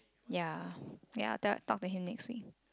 ya ya I'll tell talk to him next week